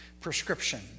prescription